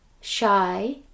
shy